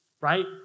right